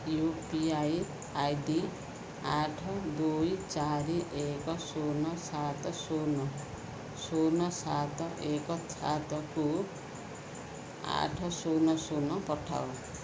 U P I ID ଆଠ ଦୁଇ ଚାରି ଏକ ଶୂନ ସାତ ଶୂନ ଶୂନ ଏକ ସାତ କୁ ଆଠ ଶୂନ ଶୂନ ପଠାଅ